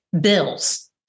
bills